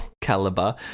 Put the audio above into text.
caliber